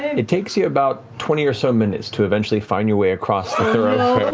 it takes you about twenty or so minutes to eventually find your way across the thoroughfare.